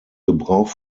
gebrauch